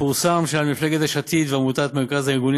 פורסם על מפלגת יש עתיד ועל מרכז הארגונים